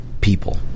people